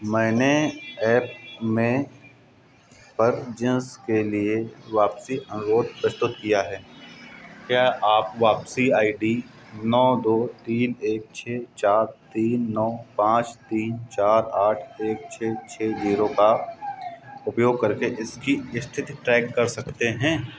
मैंने एप में इस पर जाँच के लिए वापसी अनुरोध प्रस्तुत किया है क्या आप वापसी आई डी नौ दो तीन एक चार तीन नौ पाँच तीन चार आठ एक छः छः जीरो का उपयोग करके इसकी स्थिति ट्रैक कर सकते हैं